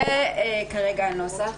זה כרגע הנוסח.